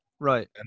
Right